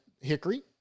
Hickory